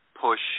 push